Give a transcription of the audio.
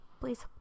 please